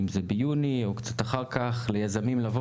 ביוני או קצת אחר כך ליזמים לבוא